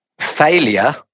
failure